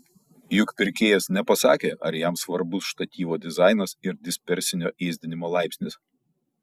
juk pirkėjas nepasakė ar jam svarbus štatyvo dizainas ir dispersinio ėsdinimo laipsnis